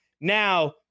Now